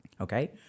Okay